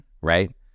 Right